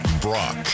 Brock